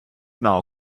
now